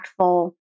impactful